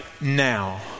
now